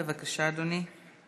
בבקשה, אדוני.